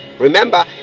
Remember